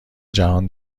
جهان